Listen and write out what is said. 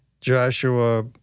Joshua